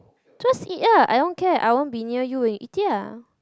just eat ah I don't care I won't be near you when you eat it ah